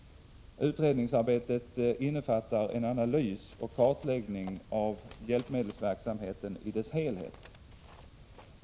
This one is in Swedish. Utredningsarbetet innefattar en analys och kartläggning av hjälpmedelsverksamheten i dess helhet.